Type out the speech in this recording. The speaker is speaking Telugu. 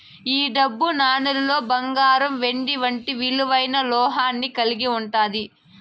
ఈ డబ్బు నాణేలులో బంగారం వెండి వంటి విలువైన లోహాన్ని కలిగి ఉంటాది